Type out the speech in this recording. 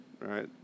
right